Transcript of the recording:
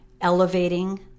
elevating